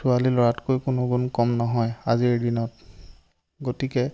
ছোৱালী ল'ৰাতকৈ কোনো গুণ কম নহয় আজিৰ দিনত গতিকে